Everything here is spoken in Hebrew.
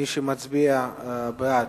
מי שמצביע בעד,